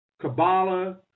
Kabbalah